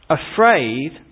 afraid